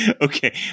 Okay